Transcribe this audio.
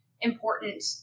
important